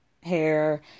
hair